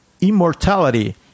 immortality